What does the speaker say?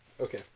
Okay